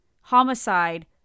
Homicide